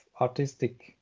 artistic